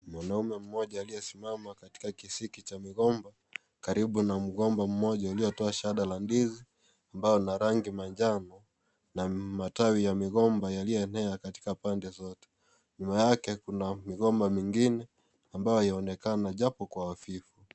Mwanaume mmoja aliyesimama katika kisiki cha migomba ,karibu na mgomba mmoja uliotoa shada la ndizi ambao unarangi ya maanjano na matawi ya migomba iliyoenea katika kila pande zote. Nyuma yake kuna migomba mingine ,ambayo yaonekana japo kwa hafifu .